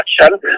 action